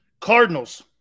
Cardinals